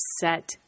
set